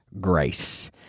grace